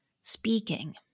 speaking